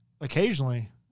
occasionally